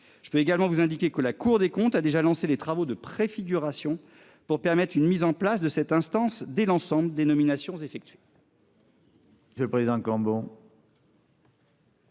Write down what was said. Je peux également vous indiquer que la Cour des comptes a déjà lancé des travaux de préfiguration pour permettre une mise en place de cette instance dès l'ensemble des nominations effectuées.